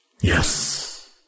Yes